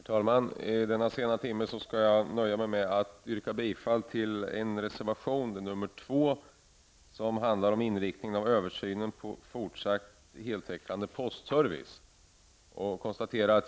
Herr talman! I denna sena timme nöjer jag mig med att yrka bifall till reservation 2, som handlar om inriktningen av översynen på fortsatt heltäckande postservice.